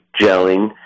gelling